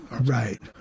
right